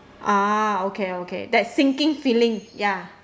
ah okay okay that sinking feeling ya